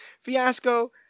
fiasco